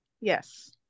Yes